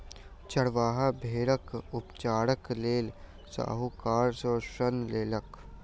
चरवाहा भेड़क उपचारक लेल साहूकार सॅ ऋण लेलक